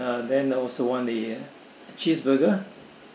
uh then also one the cheeseburger